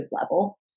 level